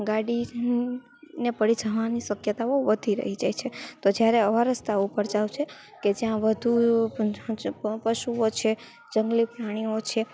ગાડી ને પડી જવાની શક્યતાઓ વધી રહી જાય છે તો જ્યારે આવા રસ્તા ઉપર જાઓ છો કે જ્યાં વધુ પશુઓ છે જંગલી પ્રાણીઓ છે